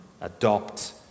adopt